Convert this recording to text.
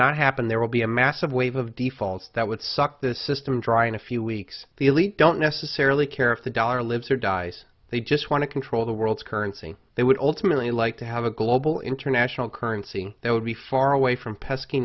not happen there will be a massive wave of defaults that would suck the system dry in a few weeks the elite don't necessarily care if the dollar lives or dies they just want to control the world's currency they would ultimately like to have a global international currency that would be far away from pesky